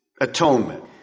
atonement